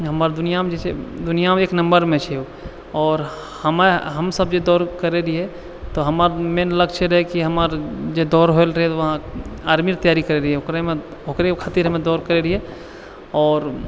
हमर दुनिआँमे जे छै दुनिआमे एक नम्बरमे छै ओ आओर हमरा हमसभ जे दौड़ करै रहिये तऽ हमर मेन लक्ष्य रहै कि हमर जे दौड़ होइ लए रहै वहाँ आर्मीके तैयारी करै रहियै ओकरेमे ओकरे खातिर हम दौड़ करै रहियै आओर